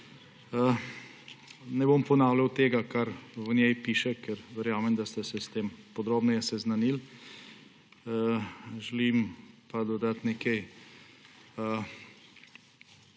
ne bom ponavljal tega, kar v njej piše, ker verjamem, da ste se s tem podrobneje seznanili. Želim pa dodati nekaj